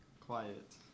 Quiet